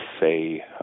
say